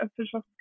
official